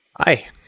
Hi